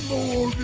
More